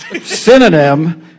Synonym